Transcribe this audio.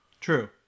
True